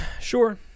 Sure